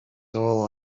all